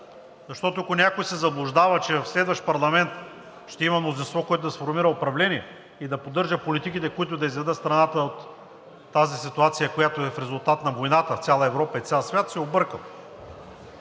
Защото, ако някой се заблуждава, че в следващ парламент ще има мнозинство, което да сформира управление и да поддържа политиките, които да изведат страната от тази ситуация, която е в резултат на войната в цяла Европа и в цял свят, се е объркал.